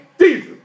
Jesus